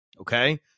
Okay